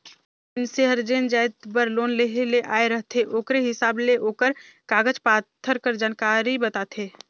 जेन मइनसे हर जेन जाएत बर लोन लेहे ले आए रहथे ओकरे हिसाब ले ओकर कागज पाथर कर जानकारी बताथे